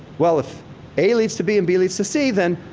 well, if a leads to b and b leads to c, then